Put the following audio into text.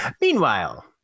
Meanwhile